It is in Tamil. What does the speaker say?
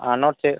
ஆ நோட்ஸு